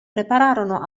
preparano